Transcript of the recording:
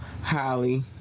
Holly